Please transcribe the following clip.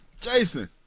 Jason